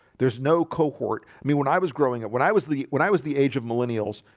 there's no cohort i mean when i was growing up when i was the when i was the age of millennials,